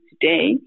today